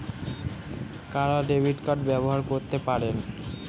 কারা debit card ব্যবহার করতে পারেন?